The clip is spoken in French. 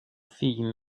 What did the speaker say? fille